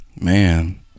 Man